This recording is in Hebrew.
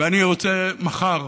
ואני רוצה מחר,